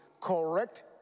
correct